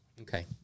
Okay